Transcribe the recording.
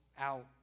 out